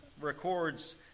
records